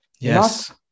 Yes